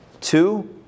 two